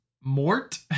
Mort